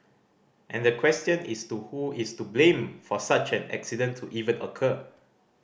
and the question is to who is to blame for such an accident to even occur